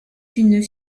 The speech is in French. une